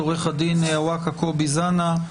עו"ד אווקה קובי זנה.